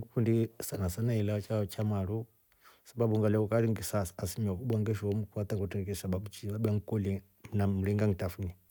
Ngikundi sana sana ilya chao cha maru kwasababu ngalya ukari sa asilimia kubwa ngesho omkwa hata ngeeshi sababu nchi labda ngikole na mringa ngitafuniye.